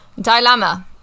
dilemma